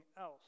else